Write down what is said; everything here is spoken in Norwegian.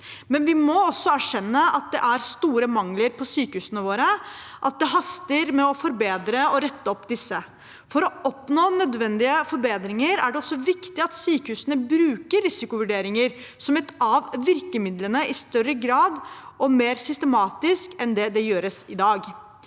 men vi må også erkjenne at det er store mangler på syke husene våre, og at det haster med å forbedre og rette opp disse. For å oppnå nødvendige forbedringer er det også viktig at sykehusene bruker risikovurderinger som et av virkemidlene, i større grad og mer systematisk enn det som gjøres i dag.